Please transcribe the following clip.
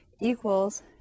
equals